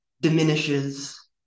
diminishes